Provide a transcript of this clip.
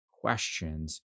questions